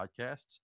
podcasts